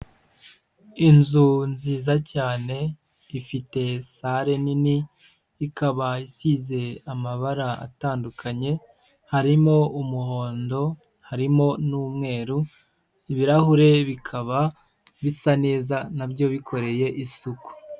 Inzu nziza cyane ifite salle nini, ikaba isize amabara atandukanye harimo umuhondo, harimo n'umweru, ibirahure bikaba bisa neza na byo bikoreye isuku.